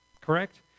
Correct